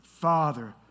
father